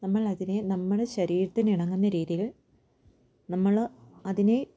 നമ്മൾ അതിനെ നമ്മളുടെ ശരീരത്തിനിണങ്ങുന്ന രീതിയിൽ നമ്മള് അതിനെ